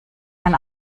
ein